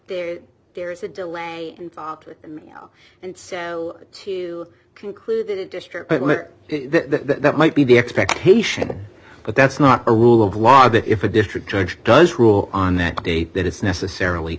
there there is a delay involved with the meal and so to conclude the district that might be the expectation but that's not a rule of law that if a district judge does rule on that date that it's necessarily